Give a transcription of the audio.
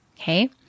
Okay